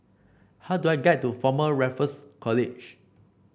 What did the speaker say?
how do I get to Former Raffles College